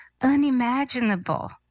unimaginable